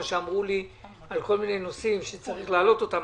מה שאמרו לי על כל מיני נושאים שצריך להעלות אותם,